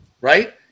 Right